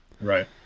Right